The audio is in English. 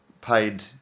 paid